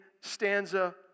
stanza